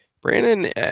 Brandon